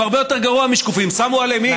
הם הרבה יותר גרוע משקופים: שמו עליהם x,